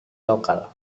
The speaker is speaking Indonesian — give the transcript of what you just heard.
lokal